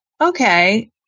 okay